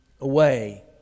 away